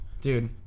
dude